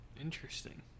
Interesting